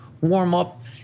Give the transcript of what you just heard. warm-up